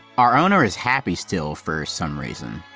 our owner is happy still for some reason.